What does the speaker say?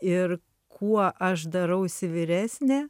ir kuo aš darausi vyresnė